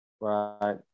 Right